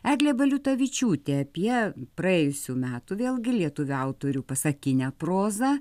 eglė baliutavičiūtė apie praėjusių metų vėlgi lietuvių autorių pasakinę prozą